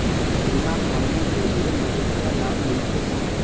बीमा खोलने के लिए मुझे क्या लाभ मिलते हैं?